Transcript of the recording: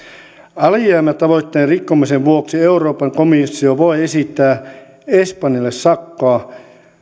alijäämätavoitteen rikkomisen vuoksi euroopan komissio voi esittää espanjalle sakkoa